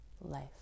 life